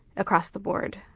across the board.